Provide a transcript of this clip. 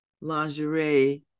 lingerie